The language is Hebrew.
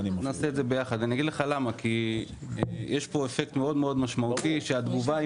נעשה את זה ביחד כי יש כאן אפקט מאוד מאוד משמעותי שהתקופה היא